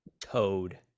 Toad